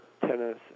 tennis